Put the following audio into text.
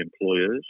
employers